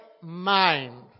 mind